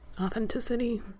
authenticity